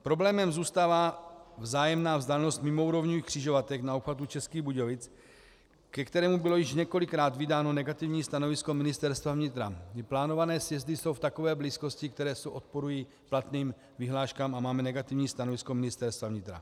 Problémem zůstává vzájemná vzdálenost mimoúrovňových křižovatek na obchvatu Českých Budějovic, ke kterému bylo již několikrát vydáno negativní stanovisko Ministerstva vnitra, kdy plánované sjezdy jsou v takové blízkosti, které odporují platným vyhláškám, a máme negativní stanovisko Ministerstva vnitra.